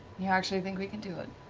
you actually think we can do it?